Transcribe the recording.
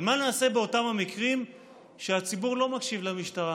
אבל מה נעשה באותם המקרים שהציבור לא מקשיב למשטרה,